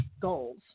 goals